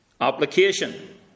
Application